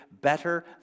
better